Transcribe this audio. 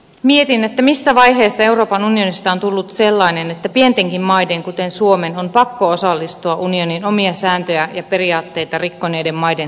mietin missä vaiheessa euroopan unionista on tullut sellainen että pientenkin maiden kuten suomen on pakko osallistua unionin omia sääntöjä ja periaatteita rikkoneiden maiden tukemiseen